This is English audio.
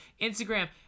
instagram